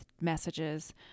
messages